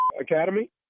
Academy